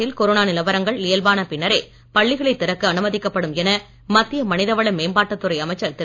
நாட்டில் கொரோனா நிலவரங்கள் இயல்பான பின்னரே பள்ளிகளைத் திறக்க அனுமதிக்கப்படும் என மத்திய மனிதவள மேம்பாட்டுத் துறை அமைச்சர் திரு